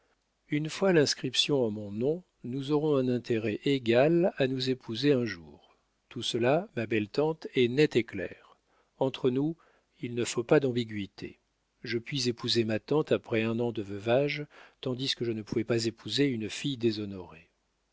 une fois l'inscription en mon nom nous aurons un intérêt égal à nous épouser un jour tout cela ma belle tante est net et clair entre nous il ne faut pas d'ambiguïté je puis épouser ma tante après un an de veuvage tandis que je ne pouvais pas épouser une fille déshonorée